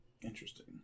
Interesting